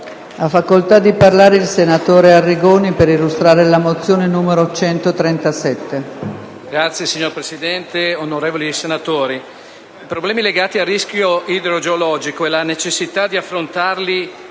Ha facoltà di parlare il senatore Arrigoni per illustrare la mozione n. 137.